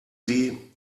sie